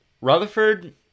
Rutherford